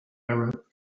arab